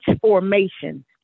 formation